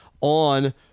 on